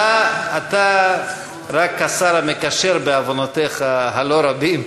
אתה רק השר המקשר, בעוונותיך הלא-רבים,